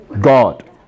God